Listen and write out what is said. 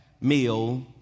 meal